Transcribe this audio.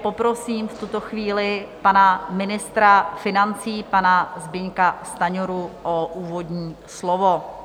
Poprosím v tuto chvíli pana ministra financí, pana Zbyňka Stanjuru, o úvodní slovo.